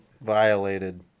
Violated